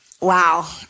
Wow